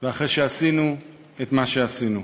ואחרי שעשינו את מה שעשינו.